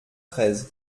treize